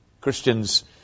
Christians